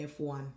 F1